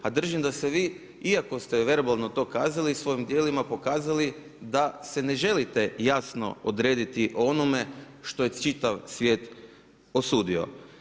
A držim da se svi iako ste verbalno to kazali svojim djelima pokazali da se ne želite jasno odrediti o onome što je čitav svijet osudio.